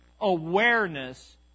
awareness